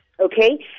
okay